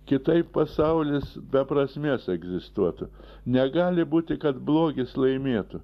kitaip pasaulis be prasmės egzistuotų negali būti kad blogis laimėtų